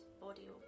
body